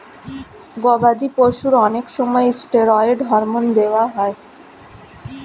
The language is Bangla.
গবাদি পশুর অনেক সময় স্টেরয়েড হরমোন দেওয়া হয়